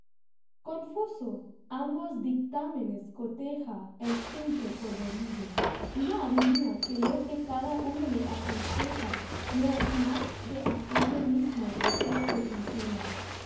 ambos dictámenes proteja el simple corderillo y no adivina que lo que cada uno le aconseja no es más que aquello mismo a que se inclina